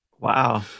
Wow